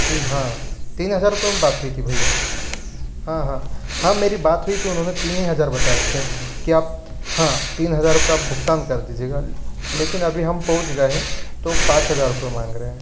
जी हाँ तीन हज़ार रुपए में बात हुई थी भईया हाँ हाँ हाँ मेरी बात हुई थी उन्होंने तीन ही हजार बताए थे कि आप हाँ तीन हजार रुपए आप भुगतान कर दीजिएगा लेकिन अभी हम पहुँच गए हैं तो पाँच हजार रुपए माँग रहे हैं